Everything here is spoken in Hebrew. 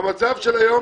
במצב של היום